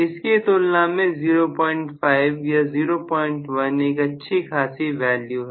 इसकी तुलना में 005 या 01 एक अच्छी खासी वैल्यू है